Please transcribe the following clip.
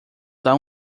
dar